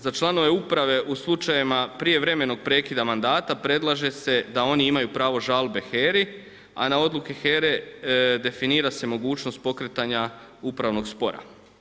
Za članove uprave u slučajevima prijevremenog prekida mandata predlaže se da oni imaju prav žalbe HERA-i, a na odluke HERA-e definira se mogućnost pokretanja upravnog spora.